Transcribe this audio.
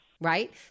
right